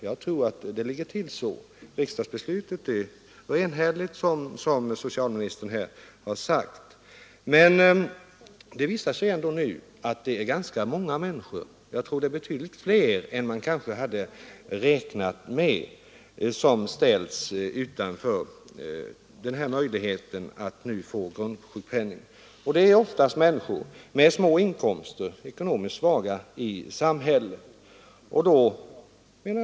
Som socialministern framhöll var riksdagsbeslutet enhälligt, men nu visar det sig som sagt att förmodligen betydligt fler människor än man räknat med ställs utanför möjligheten att få grundsjukpenning, och oftast är det dessutom människor med små inkomster, alltså de ekonomiskt svaga i samhället.